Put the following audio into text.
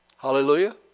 hallelujah